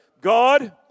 God